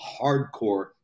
hardcore